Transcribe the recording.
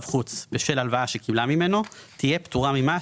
חוץ בשל הלוואה שקיבלה ממנו תהיה פטורה ממס,